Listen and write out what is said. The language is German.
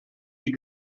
die